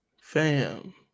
Fam